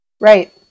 Right